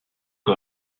que